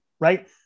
right